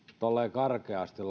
karkeasti